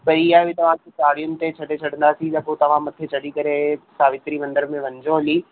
त इहा बि तव्हांखे चाड़ियुनि ते छॾे छॾंदासीं त पोइ तव्हां मथे चढ़ी करे सावित्री मंदर में वञिजो हली